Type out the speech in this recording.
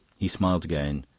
he smiled again,